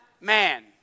man